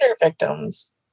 victims